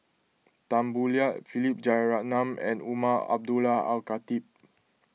Tan Boo Liat Philip Jeyaretnam and Umar Abdullah Al Khatib